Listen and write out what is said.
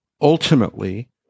ultimately